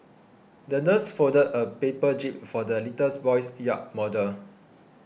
the nurse folded a paper jib for the little's boy's yacht model